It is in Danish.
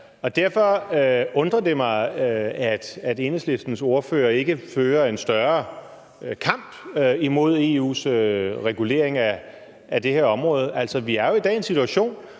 derfor undrer det mig, at Enhedslistens ordfører ikke fører en større kamp mod EU's regulering af det her område. Altså, vi er jo i dag i en situation,